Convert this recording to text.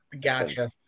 Gotcha